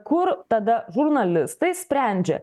kur tada žurnalistai sprendžia